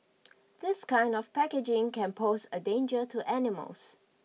this kind of packaging can pose a danger to animals